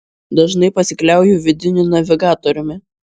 dažnai pasikliauju vidiniu navigatoriumi